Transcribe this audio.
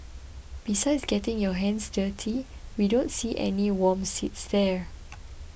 besides getting your hands dirty we don't see any warm seats there